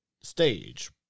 Stage